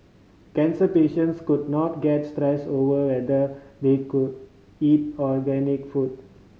cancer patients could not get stressed over whether they could eat organic food